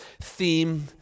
theme